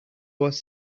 was